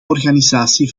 organisatie